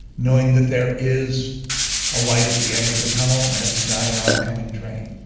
knowing that there is a light at the end of the tunnel, and it's not an oncoming train.